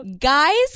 guys